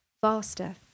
faster